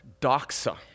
doxa